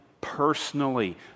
personally